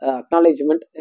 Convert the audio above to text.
acknowledgement